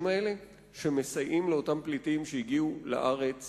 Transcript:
האלה שמסייעים לאותם פליטים שהגיעו לארץ